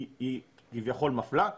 היא כביכול מפלה.